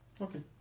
okay